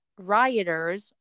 rioters